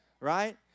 Right